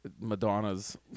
Madonna's